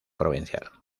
provincial